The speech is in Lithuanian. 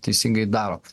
teisingai daro